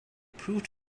proved